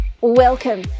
Welcome